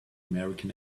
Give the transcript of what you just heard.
american